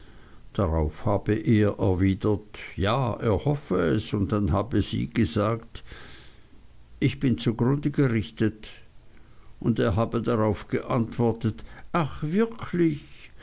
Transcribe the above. darauf habe er erwidert ja er hoffe es und dann habe sie gesagt ich bin zugrunde gerichtet und er habe darauf geantwortet ach wirklich